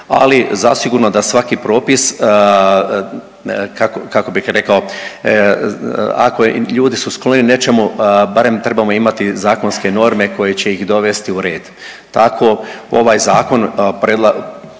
ali zasigurno da svaki propis kako bih rekao, ako je ljudi su skloni nečemu barem trebamo imati zakonske norme koje će ih dovesti u red. Tako ovaj zakon predlaže,